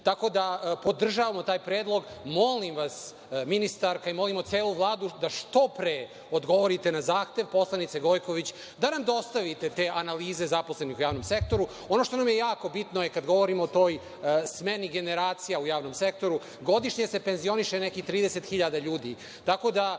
Tako da podržavamo taj predlog. Molim vas, ministarka i molimo celu Vladu da što pre odgovorite na zahtev poslanice Gojković da nam dostavite te analize zaposlenih u javnom sektoru. Ono što nam je jako bitno je kada govorimo o toj smeni generacija u javnom sektoru godišnje se penzioniše nekih 30 hiljada